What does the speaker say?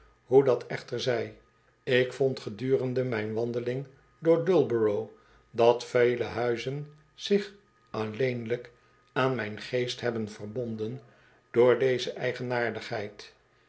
hoe dat echter zij ik vond gedurende mijn wandeling door dullborough dat vele huizen zich alleenlijk aan mijn geest hebben verbonden door deze eigenaardigheid